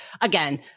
again